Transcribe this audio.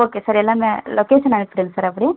okay sir எல்லாமே location அனுப்பிவிடுங்க sir அப்படியே